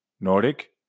Nordic